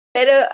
Pero